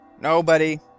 Nobody